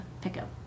pickup